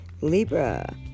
Libra